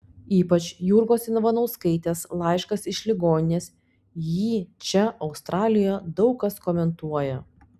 ypač jurgos ivanauskaitės laiškas iš ligoninės jį čia australijoje daug kas komentuoja